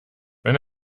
wenn